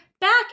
back